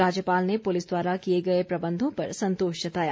राज्यपाल ने पुलिस द्वारा किए गए प्रबंधों पर संतोष जताया